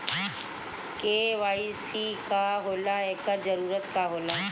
KYC का होला एकर जरूरत का होला?